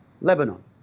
Lebanon